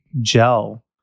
gel